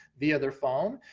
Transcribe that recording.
via their phone,